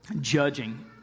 judging